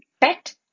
PET